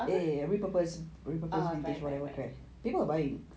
apa right right right